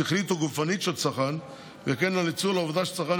שכלית או גופנית של צרכן וכן ניצול העובדה שצרכן